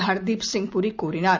her Deep Singh Puri கூறினார்